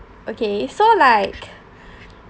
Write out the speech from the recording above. okay so like